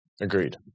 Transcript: Agreed